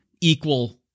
equal